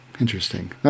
interesting